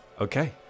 Okay